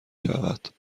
شود